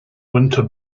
winter